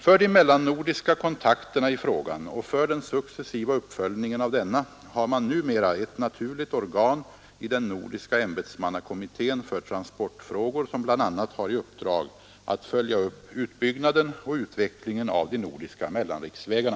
För de mellannordiska kontakterna i frågan och för den successiva uppföljningen av denna har man numera ett naturligt organ i den nordiska ämbetsmannakommittén för transportfrågor, som bl.a. har i uppdrag att följa upp utbyggnaden och utvecklingen av de nordiska mellanriksvägarna.